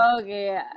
Okay